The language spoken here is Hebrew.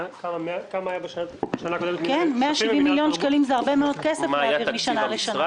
כי 170 מיליון זה הרבה מאוד כסף בשביל להעביר משנה לשנה.